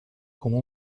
como